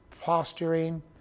posturing